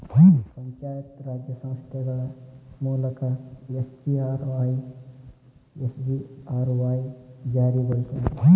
ಪಂಚಾಯತ್ ರಾಜ್ ಸಂಸ್ಥೆಗಳ ಮೂಲಕ ಎಸ್.ಜಿ.ಆರ್.ವಾಯ್ ಜಾರಿಗೊಳಸ್ಯಾರ